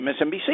MSNBC